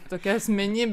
tokia asmenybė